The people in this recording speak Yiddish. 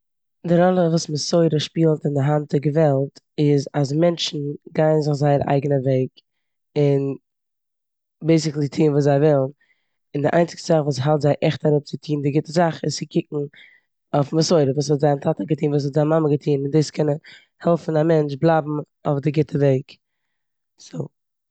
די ראלע וועס מסורה שפילט און די היינטיגע וועלט איז אז מענטשן גייען זיך זייער אייגענע וועג און בעיסיקלי טוען וואס זיי ווילן און די איינציגסטע זאך וואס האלט זיי עכט אראפ צו טון די גוטע זאך איז צו קוקן אויף מסורה. וואס האט זיין טאטע געטון, וואס האט זיין מאמע געטון, דאס קען העלפן א מענטש בלייבן אויף די גוטע וועג. סאו-